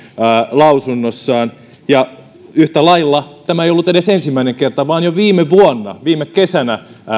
lausunnossaan ja yhtä lailla tämä ei ollut edes ensimmäinen kerta vaan jo viime vuonna viime kesänä